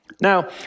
Now